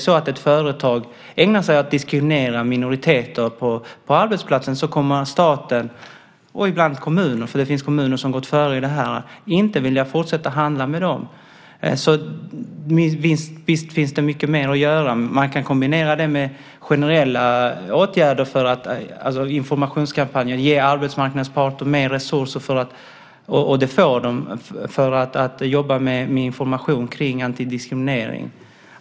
Om ett företag ägnar sig åt att diskriminera minoriteter på arbetsplatsen kommer staten, och ibland kommuner - det finns kommuner som har gått före i det här - inte att vilja fortsätta att handla med dem. Visst finns det mycket mer att göra. Man kan kombinera det med generella åtgärder, informationskampanjer och ge arbetsmarknadens parter mer resurser - det får de - för att jobba med information kring antidiskriminering.